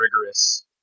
rigorous